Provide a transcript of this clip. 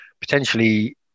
Potentially